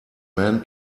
man